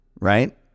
right